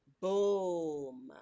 boom